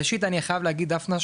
ראשית אני חייב להגיד דפנה,